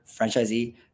franchisee